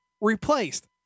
replaced